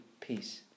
peace